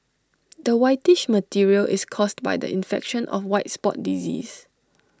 the whitish material is caused by the infection of white spot disease